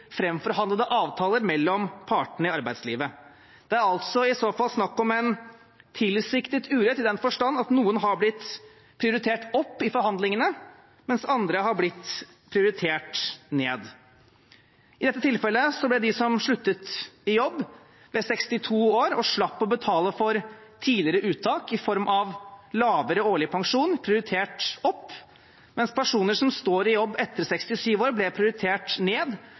framforhandlede avtaler mellom partene i arbeidslivet. Det er i så fall snakk om en tilsiktet urett i den forstand at noen har blitt prioritert opp i forhandlingene, mens andre har blitt prioritert ned. I dette tilfellet ble de som sluttet i jobb ved 62 år og slapp å betale for tidligere uttak i form av lavere årlig pensjon, prioritert opp, mens personer som står i jobb etter 67 år, ble prioritert ned